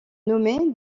nommé